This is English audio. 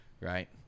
Right